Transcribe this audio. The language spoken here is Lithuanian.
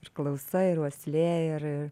ir klausa ir uoslė ir